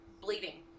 bleeding